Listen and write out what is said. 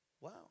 Wow